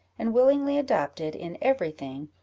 and willingly adopted, in every thing,